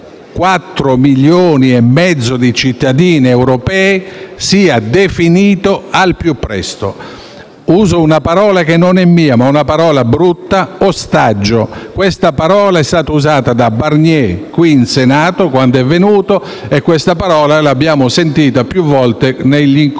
milioni e mezzo di cittadini europei sia definito al più presto. Uso una parola che non è mia, una parola brutta: «ostaggio». Questa parola è stata usata da Michel Barnier quando è venuto qui in Senato e questa parola l'abbiamo sentita più volte negli incontri